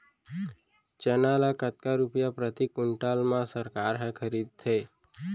चना ल कतका रुपिया प्रति क्विंटल म सरकार ह खरीदथे?